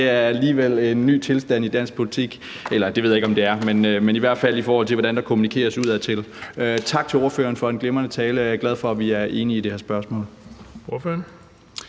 Det er alligevel en ny tilstand i dansk politik, eller det ved jeg ikke om det er, men i hvert fald, i forhold til hvordan der kommunikeres udadtil. Tak til ordføreren for en glimrende tale, og jeg er glad for, at vi er enige i det her spørgsmål.